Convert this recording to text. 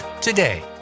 today